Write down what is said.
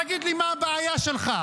תגיד לי, מה הבעיה שלך?